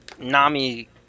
Nami